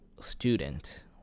student